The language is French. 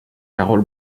karol